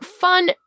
fun